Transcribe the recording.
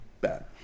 Bad